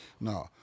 No